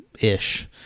ish